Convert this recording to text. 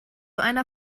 einer